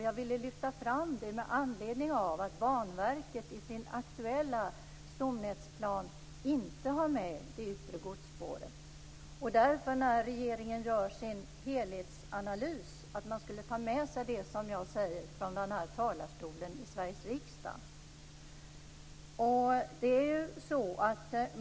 Jag vill lyfta fram den med anledning av att Banverket i den aktuella stomnätsplanen inte har med det yttre godsspåret. Regeringen skall i sin helhetsanalys ta hänsyn till vad som sägs från talarstolen i Sveriges riksdag.